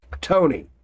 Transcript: Tony